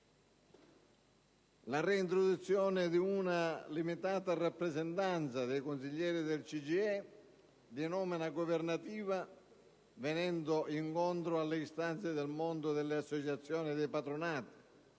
la reintroduzione di una limitata rappresentanza di consiglieri del CGIE di nomina governativa, venendo incontro alle istanze del mondo delle associazioni e dei patronati,